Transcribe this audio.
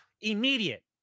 immediate